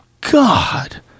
God